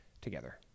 together